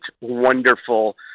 wonderful